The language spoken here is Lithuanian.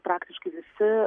praktiškai visi